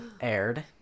aired